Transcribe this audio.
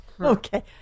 Okay